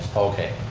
okay,